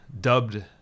dubbed